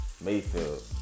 Mayfield